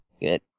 good